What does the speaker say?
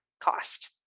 cost